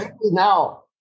Now